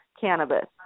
cannabis